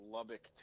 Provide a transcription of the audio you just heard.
Lubbock